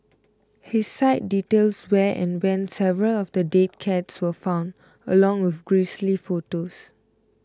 his site details where and when several of the dead cats were found along with grisly photos